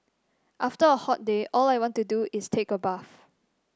after a hot day all I want to do is take a bath